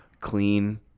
clean